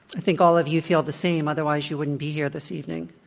i think all of you feel the same, otherwise you wouldn't be here this evening.